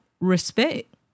respect